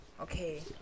okay